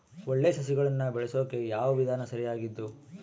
ಒಳ್ಳೆ ಸಸಿಗಳನ್ನು ಬೆಳೆಸೊಕೆ ಯಾವ ವಿಧಾನ ಸರಿಯಾಗಿದ್ದು?